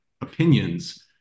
opinions